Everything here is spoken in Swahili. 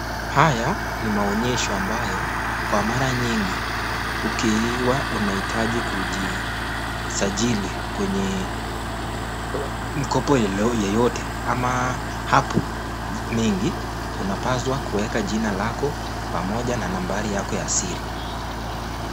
Haya ni maonyesho ambayo kwa mara nyingi ukiwa unahitaji kujisajili kwenye mkopo yeyote ama hapo mengi unapaswa kuweka jina lako pamoja na nambari yako ya siri.